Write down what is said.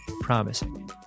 promising